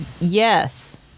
Yes